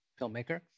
filmmaker